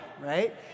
right